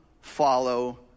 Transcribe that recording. follow